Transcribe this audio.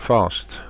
Fast